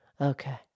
Okay